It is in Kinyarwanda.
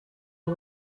aba